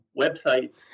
websites